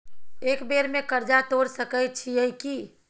एक बेर में कर्जा तोर सके छियै की?